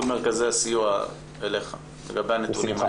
מרכזי הסיוע אליך לגבי הנתונים האלה.